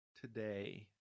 today